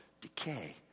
decay